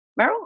Meryl